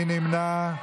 מי נמנע?